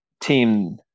team